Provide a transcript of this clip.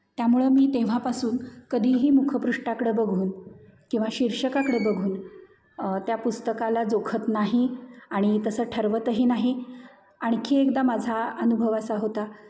त्यामुळे मी तेव्हापासून कधीही मुखपृष्ठाकडे बघून किंवा शीर्षकाकडे बघून त्या पुस्तकाला जोखत नाही आणि तसं ठरवतही नाही आणखी एकदा माझा अनुभव असा होता